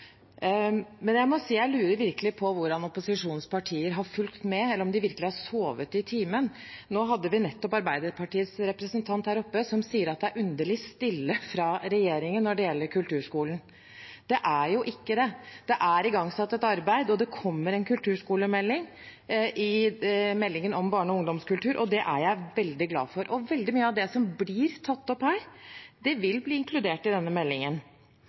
Men jeg må si at jeg lurer virkelig på hvordan opposisjonspartier har fulgt med, eller om de virkelig har sovet i timen. Nå hadde vi nettopp Arbeiderpartiets representant her oppe, som sier at det er «underlig stille fra regjeringen» når det gjelder kulturskolen. Det er jo ikke det. Det er igangsatt et arbeid, og det kommer en kulturskolemelding i meldingen om barne- og ungdomskultur, og det er jeg